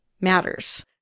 matters